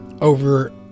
over